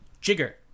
Jigger